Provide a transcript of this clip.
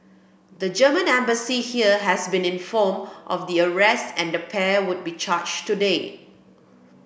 the Germany Embassy here has been informed of the arrests and the pair would be charged today